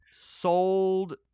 sold